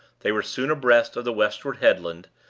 they were soon abreast of the westward headland,